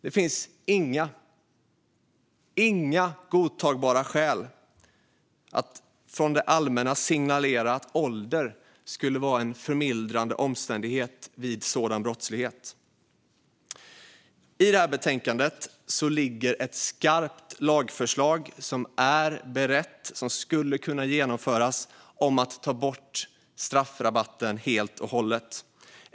Det finns inga godtagbara skäl för det allmänna att signalera att ålder skulle vara en förmildrande omständighet vid sådan brottslighet. I betänkandet ligger ett skarpt lagförslag om att ta bort straffrabatten helt och hållet, som är berett och som skulle kunna genomföras.